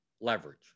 leverage